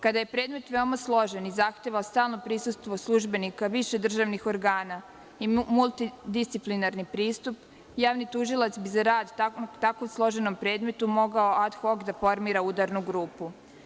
Kada je predmet veoma složen i zahteva stalno prisustvo službenika više državnih organa i multidisciplinarni pristup javni tužilac u takvom složenom predmetu bi mogao ad hok da formira udarnu grupu.